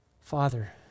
Father